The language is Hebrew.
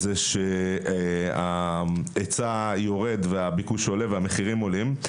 הוא שההיצע יורד והביקוש יורד והמחירים עולים.